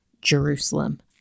Jerusalem